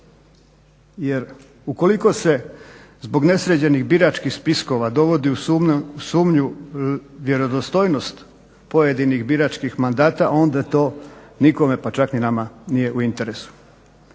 Jer ukoliko se zbog nesređenih biračkih spiskova dovodi u sumnju vjerodostojnost pojedinih biračkih mandata onda to nikome pa čak ni nama nije u interesu.